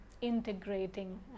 integrating